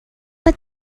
but